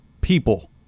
people